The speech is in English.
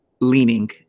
leaning